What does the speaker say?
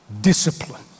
Discipline